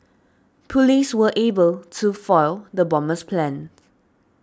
police were able to foil the bomber's plans